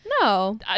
no